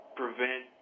prevent